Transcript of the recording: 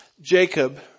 Jacob